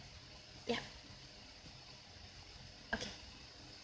ya okay